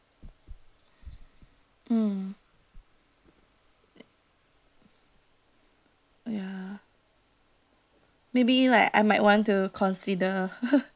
mm ya maybe like I might want to consider